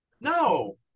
No